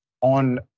on